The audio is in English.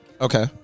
Okay